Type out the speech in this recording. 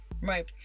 Right